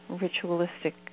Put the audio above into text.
Ritualistic